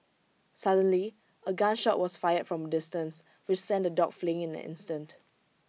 suddenly A gun shot was fired from A distance which sent the dogs fleeing in an instant